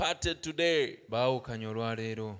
today